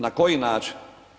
Na koji način?